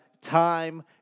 time